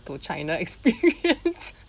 to china experience